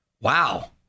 Wow